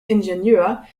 ingenieur